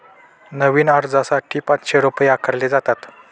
नवीन अर्जासाठी पाचशे रुपये आकारले जातात